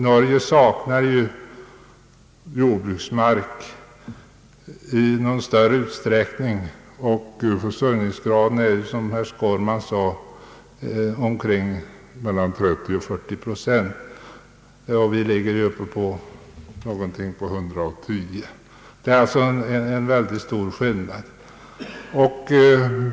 Norge saknar jordbruksmark i större utsträckning och landets försörjningsgrad är, som herr Skårman påpekade, mellan 30 och 40 procent, medan vi ligger på ungefär 110 procent. Det är alltså en mycket stor skillnad.